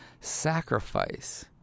sacrifice